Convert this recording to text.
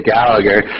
Gallagher